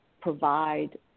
provide